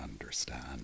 understand